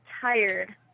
tired